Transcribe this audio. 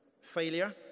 Failure